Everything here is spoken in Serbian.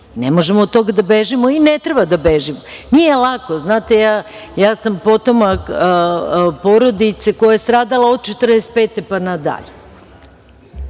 Ne možemo od toga da bežimo i ne treba od toga da bežimo. Nije lako, znate, ja sam potomak porodice koja je stradala od 1945. pa na dalje.